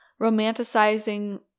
romanticizing